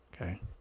okay